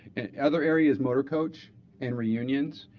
and other area is motor coach and reunions.